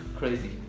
Crazy